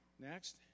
next